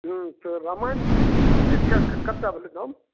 हूँ तऽ रामायण कते भेलै दाम